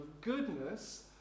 goodness